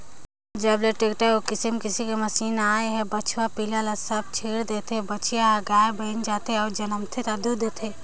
जब ले टेक्टर अउ किसम किसम के मसीन आए हे बछवा पिला ल सब ह ढ़ील देथे, बछिया हर गाय बयन जाथे अउ जनमथे ता दूद देथे